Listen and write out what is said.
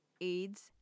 AIDS